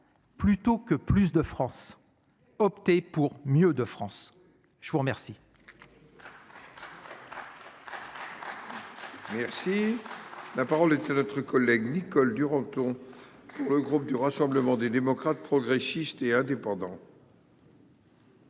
Plutôt que plus de France opter pour mieux de France. Je vous remercie.